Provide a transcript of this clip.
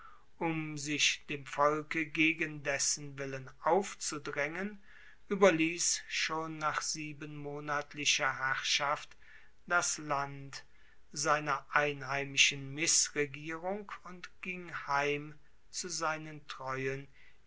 um sich dem volke gegen dessen willen aufzudraengen ueberliess schon nach siebenmonatlicher herrschaft das land seiner einheimischen missregierung und ging heim zu seinen treuen